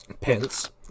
Pence